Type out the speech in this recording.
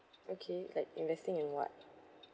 okay like investing in what